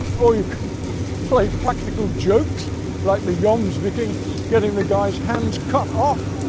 or you can play practical jokes like the jomsviking getting the guy's hands cut off,